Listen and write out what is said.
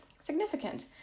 significant